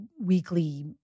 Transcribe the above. weekly